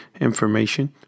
information